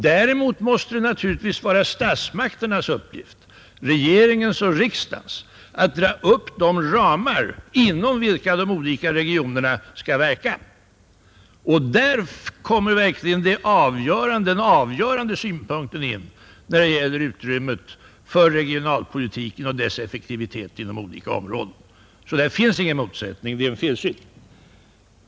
Däremot måste det naturligtvis vara statsmakternas uppgift, regeringens och riksdagens, att dra upp de ramar, inom vilka de olika regionerna skall verka. Där är hos dem som avgörandet måste ligga när det gäller utrymmet för regionalpolitiken och dess effektivitet inom olika områden. Det finns alltså ingen motsättning härvidlag. Det är en felsyn.